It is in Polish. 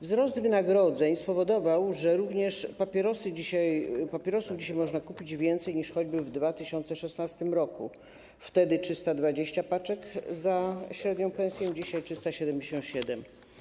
Wzrost wynagrodzeń spowodował, że również papierosów dzisiaj można kupić więcej niż choćby w 2016 r.: wtedy 320 paczek za średnią pensję, dzisiaj 377.